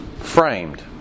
Framed